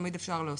תמיד אפשר להוסיף.